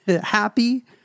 happy